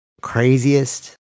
Craziest